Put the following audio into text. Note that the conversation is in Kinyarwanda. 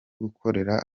gukorera